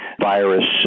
virus